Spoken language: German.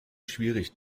schwierig